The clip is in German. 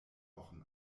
wochen